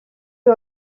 uyu